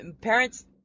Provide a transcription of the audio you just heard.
parents